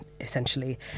essentially